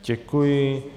Děkuji.